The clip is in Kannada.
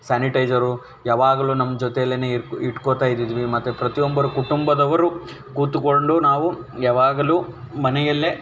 ಸ್ಯಾನಿಟೈಸರು ಯಾವಾಗ್ಲು ನಮ್ಮ ಜೊತೆಲೇ ಇಟ್ಕೋತ ಇದ್ವಿ ಮತ್ತು ಪ್ರತಿಯೊಬ್ಬರು ಕುಟುಂಬದವರು ಕೂತುಕೊಂಡು ನಾವು ಯಾವಾಗಲು ಮನೆಯಲ್ಲೇ